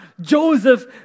Joseph